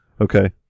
Okay